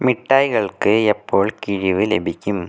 മിഠായികൾക്ക് എപ്പോൾ കിഴിവ് ലഭിക്കും